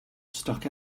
stuck